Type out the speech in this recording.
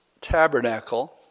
tabernacle